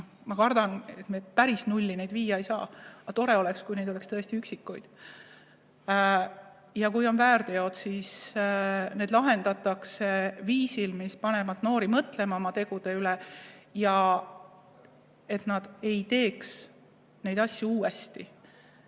Ma kardan, et päris nulli neid viia ei saa, aga tore oleks, kui neid oleks tõesti üksikuid. Ja kui on väärteod, siis need lahendatakse viisil, mis paneb noori oma tegude üle mõtlema, et nad ei teeks neid asju uuesti.